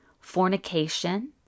fornication